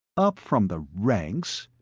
up from the ranks!